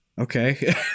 okay